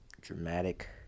dramatic